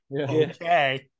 okay